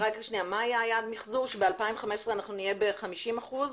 מה היה יעד המחזור, שב-2015 נהיה ב-50%?